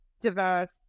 diverse